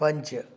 पञ्च